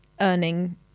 Earning